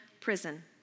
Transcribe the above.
prison